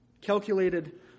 Calculated